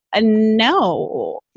no